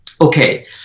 okay